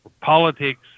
politics